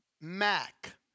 Mac